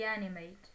animate